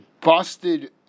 busted